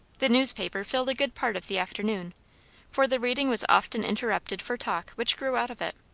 the newspaper filled a good part of the afternoon for the reading was often interrupted for talk which grew out of it.